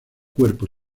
cuerpo